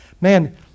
Man